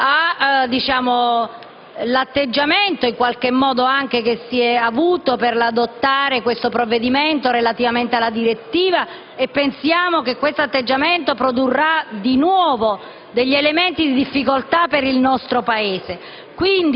all'atteggiamento che si è avuto per adottare questo provvedimento relativamente alla direttiva. Pensiamo che questo atteggiamento produrrà di nuovo degli elementi di difficoltà per il nostro Paese.